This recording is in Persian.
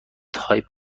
تایپ